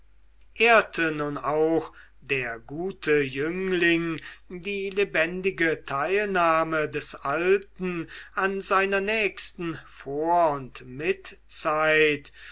ehrte nun auch der gute jüngling die lebendige teilnahme des alten an seiner nächsten vor und mitzeit